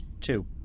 Two